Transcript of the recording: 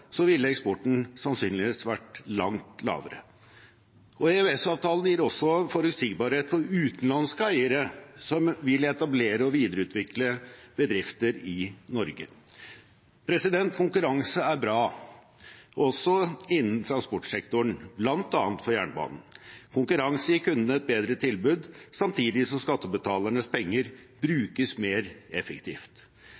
ville eksporten sannsynligvis vært langt lavere. EØS-avtalen gir også forutsigbarhet for utenlandske eiere som vil etablere og videreutvikle bedrifter i Norge. Konkurranse er bra, også innen transportsektoren, bl.a. for jernbanen. Konkurranse gir kundene et bedre tilbud, samtidig som skattebetalernes penger